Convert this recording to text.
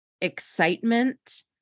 excitement